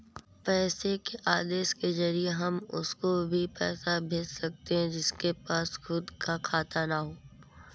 पैसे के आदेश के जरिए हम उसको भी पैसे भेज सकते है जिसके पास खुद का खाता ना हो